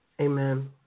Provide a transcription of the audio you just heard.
Amen